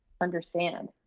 understand